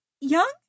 young